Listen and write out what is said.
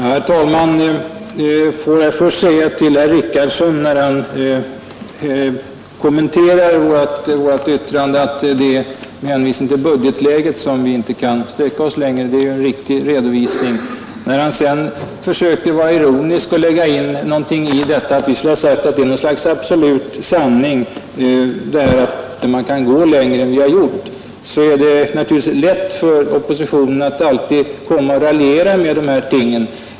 Herr talman! Får jag först säga till herr Richardson, som kommenterar vårt yttrande så, att det är med hänvisning till budgetläget vi inte kan sträcka oss längre. Det är en riktig redovisning. Men sedan försöker han vara ironisk och menar att vi skulle ha sagt att det är något slags absolut sanning att man inte kan gå längre än vi gjort, och det är naturligtvis alltid lätt för oppositionen att raljera med de här tingen.